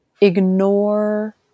ignore